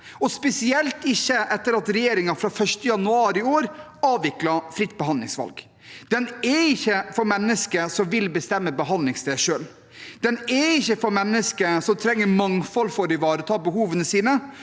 spesielt ikke etter at regjeringen fra 1. januar i år avviklet fritt behandlingsvalg. Den er ikke for mennesker som vil bestemme behandlingssted selv, den er ikke for mennesker som trenger mangfold for å ivareta behovene sine,